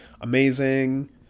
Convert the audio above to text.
amazing